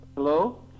Hello